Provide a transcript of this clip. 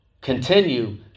continue